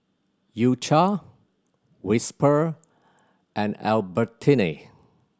U Cha Whisper and Albertini